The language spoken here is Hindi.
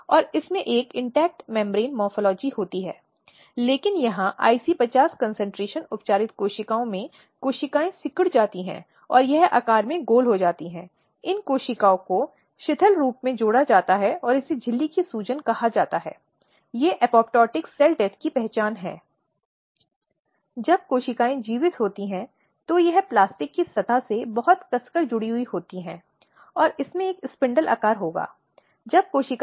इस तरह की स्क्रीन को पार्टियों के बीच रखना होता है और बच्चे को जज के पास दिखाई देना चाहिए या गवाह को जज के पास दिखाई देना चाहिए लेकिन दूसरे पक्ष के साथ आमने सामने का सामना करने के लिए गवाह के पास मौका नहीं होना चाहिए